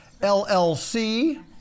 LLC